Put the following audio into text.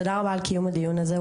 תודה רבה על קיום הדיון הזה.